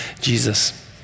Jesus